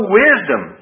wisdom